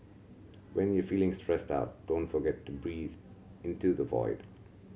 when you are feeling stressed out don't forget to breathe into the void